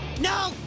No